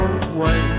away